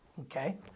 okay